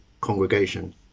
congregation